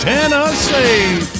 Tennessee